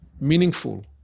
meaningful